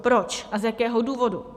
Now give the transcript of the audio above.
Proč a z jakého důvodu?